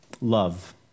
Love